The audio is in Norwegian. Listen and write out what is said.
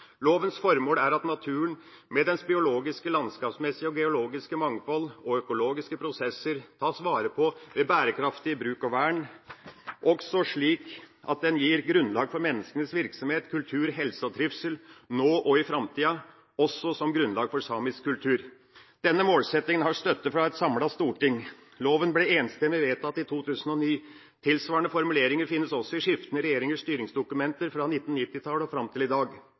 formål er at naturen med dens biologiske, landskapsmessige og geologiske mangfold og økologiske prosesser tas vare på ved bærekraftig bruk og vern, også slik at den gir grunnlag for menneskenes virksomhet, kultur, helse og trivsel, nå og i fremtiden, også som grunnlag for samisk kultur.» Denne målsettingen har støtte fra et samlet storting; loven ble enstemmig vedtatt i 2009. Tilsvarende formuleringer finnes også i skiftende regjeringers styringsdokumenter fra 1990-tallet og fram til i dag.